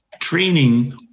training